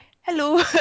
hello